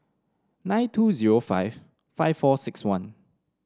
nine two zero five five four six one